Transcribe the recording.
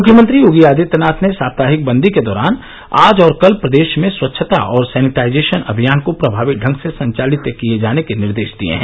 मुख्यमंत्री योगी आदित्यनाथ ने साप्ताहिक बंदी के दौरान आज और कल प्रदेश में स्वच्छता और सैनिटाइजेशन अभियान को प्रभावी ढंग से संचालित करने के निर्देश दिए हैं